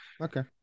Okay